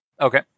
Okay